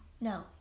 No